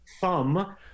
thumb